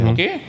Okay